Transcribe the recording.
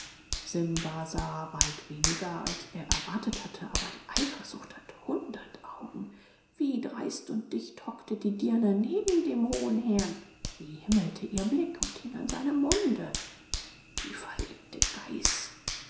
simba sah weit weniger als er erwartet hatte aber die eifersucht hat hundert augen wie dreist und dicht hockte die dirne neben dem hohen herrn wie himmelte ihr blick und hing an seinem munde die verliebte geis